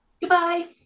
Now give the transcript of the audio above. Goodbye